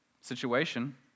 situation